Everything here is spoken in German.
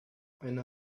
eine